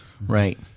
Right